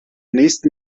nächsten